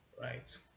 right